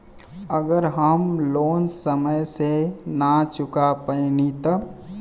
अगर हम लोन समय से ना चुका पैनी तब?